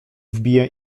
wbiję